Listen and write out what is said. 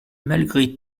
malgré